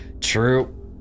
True